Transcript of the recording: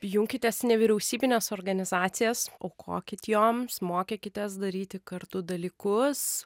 junkitės į nevyriausybines organizacijas aukokit joms mokykitės daryti kartu dalykus